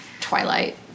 Twilight